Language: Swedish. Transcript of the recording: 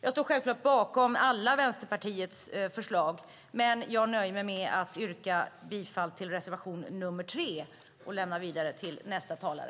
Jag står självklart bakom alla Vänsterpartiets förslag, men jag nöjer mig med att yrka bifall till reservation 3 och lämnar därmed vidare till nästa talare.